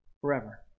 forever